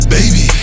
Baby